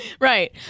Right